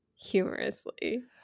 humorously